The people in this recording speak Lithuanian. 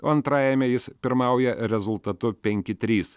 o antrajame jis pirmauja rezultatu penki trys